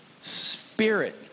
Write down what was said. Spirit